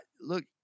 Look